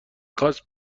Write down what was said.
خواست